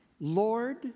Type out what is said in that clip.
Lord